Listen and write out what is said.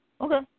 Okay